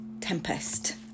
Tempest